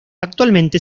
actualmente